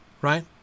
right